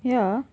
ya ah